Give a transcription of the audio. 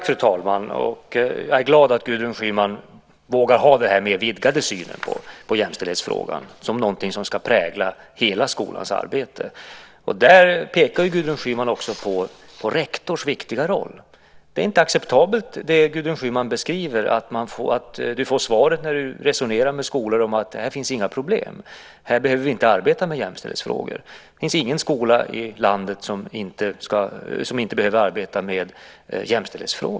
Fru talman! Jag är glad åt att Gudrun Schyman vågar ha den här mer vidgade synen på jämställdhetsfrågan, som någonting som ska prägla hela skolans arbete. Där pekar Gudrun Schyman också på rektors viktiga roll. Det som Gudrun Schyman beskriver är inte acceptabelt, att hon när hon resonerar med skolor får som svar: Här finns inga problem. Här behöver vi inte arbeta med jämställdhetsfrågor. Det finns ingen skola i landet som inte behöver arbeta med jämställdhetsfrågor.